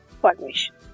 formation